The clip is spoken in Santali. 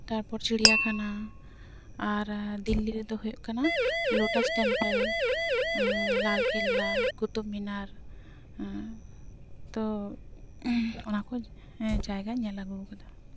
ᱛᱟᱨᱯᱚᱨ ᱪᱤᱲᱤᱭᱟᱠᱷᱟᱱᱟ ᱟᱨ ᱫᱤᱞᱞᱤ ᱨᱮᱫᱚ ᱦᱩᱭᱩᱜ ᱠᱟᱱᱟ ᱞᱳᱴᱟᱥ ᱴᱮᱢᱯᱮᱞ ᱞᱟᱞ ᱠᱮᱞᱞᱟ ᱠᱩᱛᱩᱵ ᱢᱤᱱᱟᱨ ᱛᱳ ᱚᱱᱟ ᱠᱚ ᱡᱟᱭᱜᱟᱧ ᱧᱮᱞ ᱟᱹᱜᱩ ᱟᱠᱟᱫᱟ